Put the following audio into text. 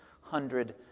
hundred